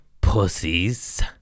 pussies